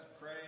pray